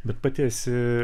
bet pati esi